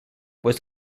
was